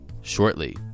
shortly